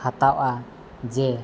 ᱦᱟᱛᱟᱣᱚᱜᱼᱟ ᱡᱮ